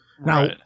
Now